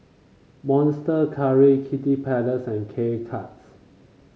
Monster Curry Kiddy Palace and K Cuts